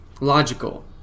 logical